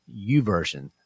uversion